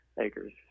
acres